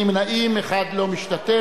אין נמנעים, אחד לא משתתף.